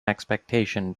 expectation